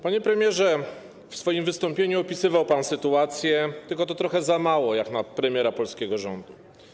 Panie premierze, w swoim wystąpieniu opisywał pan sytuację, tylko to trochę za mało jak na premiera polskiego rządu.